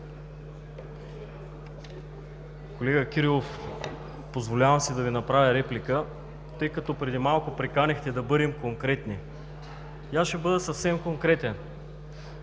Колега Кирилов, позволявам си да Ви направя реплика, тъй като преди малко приканихте да бъдем конкретни. И аз ще бъда съвсем конкретен.